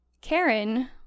Karen